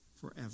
forever